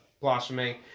blossoming